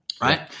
Right